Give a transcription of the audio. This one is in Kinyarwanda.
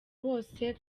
wose